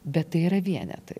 bet tai yra vienetai